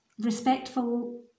respectful